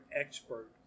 expert